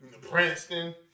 Princeton